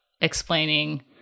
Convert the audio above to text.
explaining